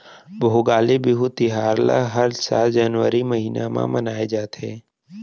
भोगाली बिहू तिहार ल हर साल जनवरी महिना म मनाए जाथे